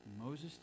Moses